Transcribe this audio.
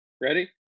Ready